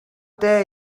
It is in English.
dare